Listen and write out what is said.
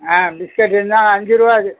ஆ biscuit இந்தாங்க அஞ்சுரூவா அது